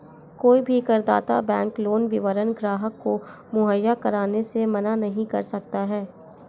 कोई भी करदाता बैंक लोन विवरण ग्राहक को मुहैया कराने से मना नहीं कर सकता है